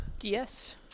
Yes